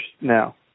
now